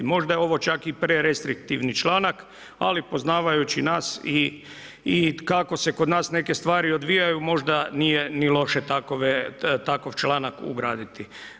Možda je ovo čak i prerestriktivni članak, ali poznavajući nas i kako se kod nas neke stvari odvijaju možda nije ni loše takov članak ugraditi.